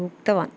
उक्तवान्